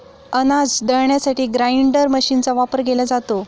अनाज दळण्यासाठी ग्राइंडर मशीनचा वापर केला जातो